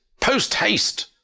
post-haste